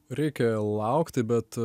reikia laukti bet